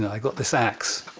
and i got this axe,